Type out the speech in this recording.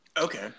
Okay